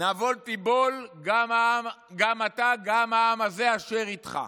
"נָבֹל תִּבֹּל גם אתה גם העם הזה אשר עמך".